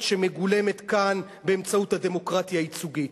שמגולמת כאן באמצעות הדמוקרטיה הייצוגית.